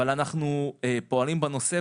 אבל אנחנו פועלים בנושא,